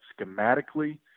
schematically